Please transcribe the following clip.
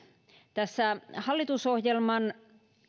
tässä hallitusohjelman